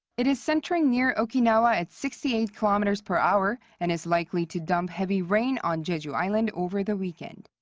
it is centering near okinawa at sixty eight kilometers per hour, and is likely to dump heavy rain on jeju island over the weekend.